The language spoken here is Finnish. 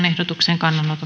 ehdotusten